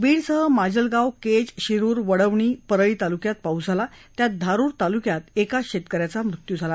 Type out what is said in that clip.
बीडसह माजलगाव केज शिरूर वडवणी परळी तालुक्यात हा पाऊस झाला त्यात धारूर तालुक्यात एका शेतकऱ्याचा मृत्यू झाला